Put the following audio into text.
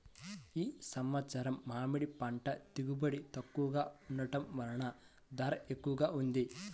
ఈ సంవత్సరం మామిడి పంట దిగుబడి తక్కువగా ఉండటం వలన ధర ఎక్కువగా ఉంది